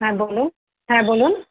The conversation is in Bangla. হ্যাঁ বলুন হ্যাঁ বলুন